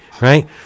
right